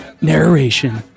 narration